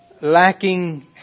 lacking